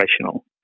operational